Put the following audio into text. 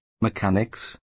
mechanics